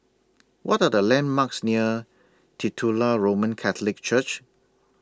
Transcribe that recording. What Are The landmarks near Titular Roman Catholic Church